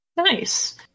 Nice